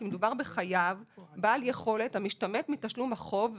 כי מדובר בחייב בעל יכולת שמשתמט מתשלום החוב,